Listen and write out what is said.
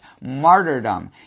martyrdom